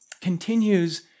continues